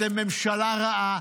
אתם ממשלה רעה,